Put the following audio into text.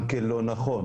גם זה לא נכון.